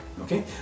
okay